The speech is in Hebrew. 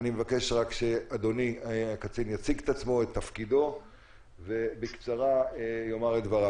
אני מבקש שאדוני יציג את עצמו ובקצרה יאמר את דבריו.